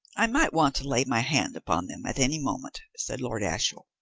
i might want to lay my hand upon them at any moment, said lord ashiel,